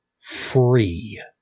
free